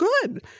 good